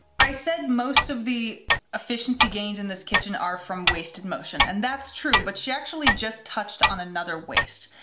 i said most of the efficiency gains in this kitchen are from wasted motion and that's true, but she actually just touched on another waste.